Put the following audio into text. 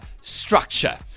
structure